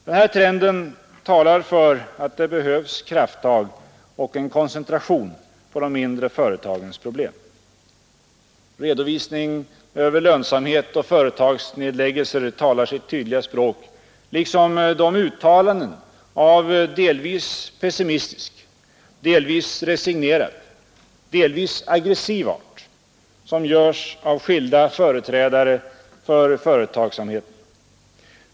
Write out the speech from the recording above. Denna trend talar för att det behövs krafttag och en koncentration på de mindre företagens problem. Redovisning över lönsamhet och företagsnedläggelser talar sitt tydliga språk liksom de uttalanden av delvis pessimistisk, delvis resignerad, delvis aggressiv art som görs av skilda företrädare för företagsamheten.